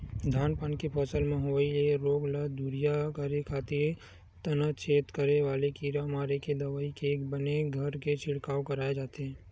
धान पान के फसल म होवई ये रोग ल दूरिहा करे खातिर तनाछेद करे वाले कीरा मारे के दवई के बने घन के छिड़काव कराय जाथे